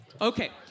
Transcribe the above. Okay